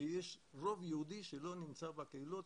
שיש רוב יהודי שלא נמצא בקהילות,